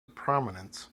prominence